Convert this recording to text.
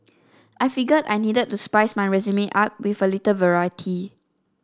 I figured I needed to spice my resume up with a little variety